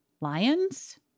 lions